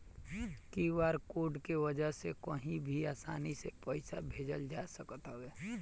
QR code के वजह से कही भी आसानी से पईसा भेजल जा सकत हवे